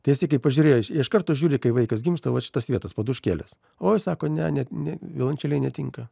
tai jisai kaip pažiūrėjo iš karto žiūri kai vaikas gimsta va šitas vietos paduškėles oi sako ne ne ne violončelei netinka